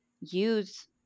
use